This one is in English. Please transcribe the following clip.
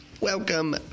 welcome